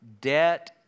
Debt